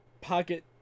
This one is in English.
pocket